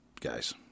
guys